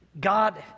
God